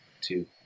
two